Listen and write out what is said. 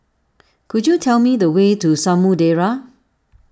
could you tell me the way to Samudera